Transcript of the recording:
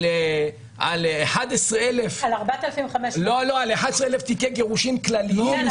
על 11,000 תיקי גירושין כלליים -- אבל